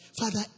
Father